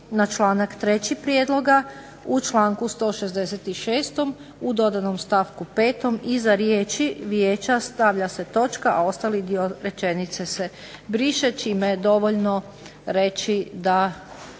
na članak 3. prijedloga. U članku 166. u dodanom stavku 5. iza riječi vijeća stavlja se točka a ostali dio rečenice se briše, čime je dovoljno reći da